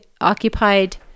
occupied